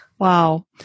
Wow